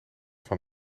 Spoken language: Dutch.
van